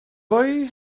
boy